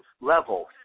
level